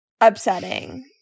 upsetting